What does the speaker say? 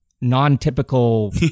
non-typical